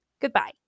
goodbye